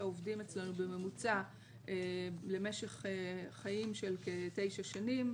עובדים אצלנו בממוצע למשך חיים של כתשע שנים.